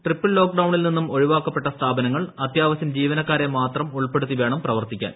triple ലോക്ക്ഡൌണിൽ നിന്നും ഒഴിവാക്കപ്പെട്ട സ്ഥാപനങ്ങൾ അത്യാവശ്യം ജീവനക്കാരെ മാത്രം ഉൾപ്പെടുത്തിവേണം പ്രവർത്തിക്കാൻ